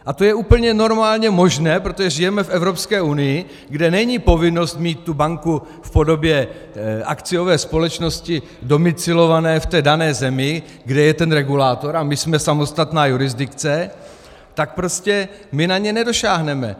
A to je úplně normálně možné, protože žijeme v Evropské unii, kde není povinnost mít tu banku v podobě akciové společnosti domicilované v té dané zemi, kde je ten regulátor, a my jsme samostatná jurisdikce, tak prostě my na ně nedosáhneme.